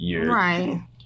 right